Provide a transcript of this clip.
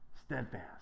steadfast